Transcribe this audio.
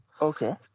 Okay